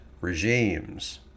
regimes